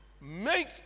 make